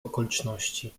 okoliczności